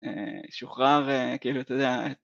שוחרר כאילו אתה יודע